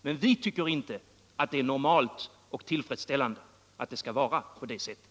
Men vi tycker inte att det är normalt och tillfredsställande att det är på det sättet.